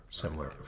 similar